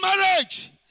marriage